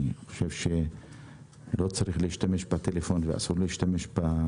אני חושב שלא צריך להשתמש בטלפון ואסור להשתמש בו